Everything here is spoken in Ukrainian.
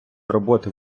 роботи